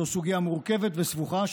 זו סוגיה מורכבת וסבוכה,